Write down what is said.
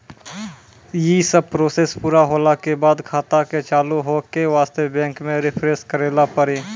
यी सब प्रोसेस पुरा होला के बाद खाता के चालू हो के वास्ते बैंक मे रिफ्रेश करैला पड़ी?